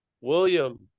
William